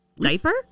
Diaper